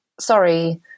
sorry